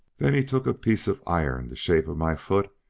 then he took a piece of iron the shape of my foot,